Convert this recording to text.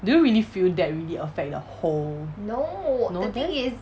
do you really feel that really affect your whole no then